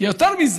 יותר מזה: